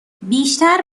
بیشتر